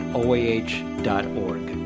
oah.org